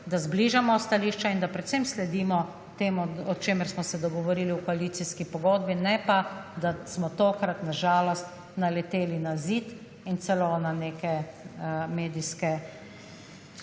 da zbližamo stališča in da predvsem sledimo temu, o čemer smo se dogovorili v koalicijski pogodbi, ne pa da smo tokrat, na žalost, naleteli na zid in celo na neke medijske